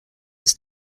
its